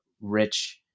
rich